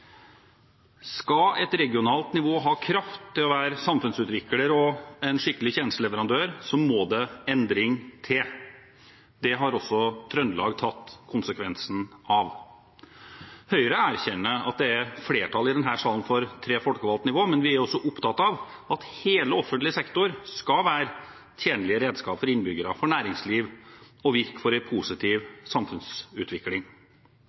Skal et regionalt nivå ha kraft til å være samfunnsutvikler og en skikkelig tjenesteleverandør, må det endring til. Det har Trøndelag tatt konsekvensen av. Høyre erkjenner at det er flertall i denne salen for tre folkevalgte nivå, men vi er også opptatt av at hele offentlig sektor skal være tjenlige redskaper for innbyggere og for næringsliv og virke for